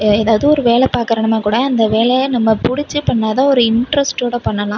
எதாவது வேலை பார்க்குறதுனா கூட அந்த வேலயை நம்ம பிடிச்சி பண்ணா தான் ஒரு இன்ட்ரெஸ்ட்டோட பண்ணலாம்